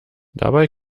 dabei